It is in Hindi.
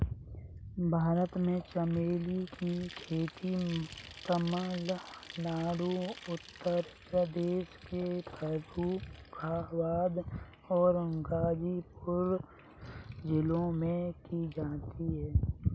भारत में चमेली की खेती तमिलनाडु उत्तर प्रदेश के फर्रुखाबाद और गाजीपुर जिलों में की जाती है